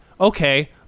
Okay